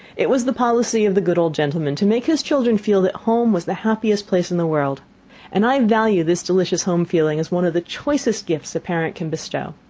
it was the policy of the good old gentleman to make his children feel that home was the happiest place in the world and i value this delicious home-feeling as one of the choicest gifts a parent can bestow.